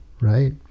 right